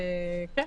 כן.